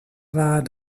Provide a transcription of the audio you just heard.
war